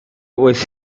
was